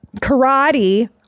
karate